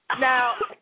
Now